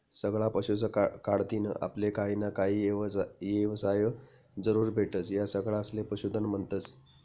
सगळा पशुस कढतीन आपले काहीना काही येवसाय जरूर भेटस, या सगळासले पशुधन म्हन्तस